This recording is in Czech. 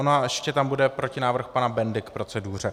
On ještě tam bude protinávrh pana Bendy k proceduře.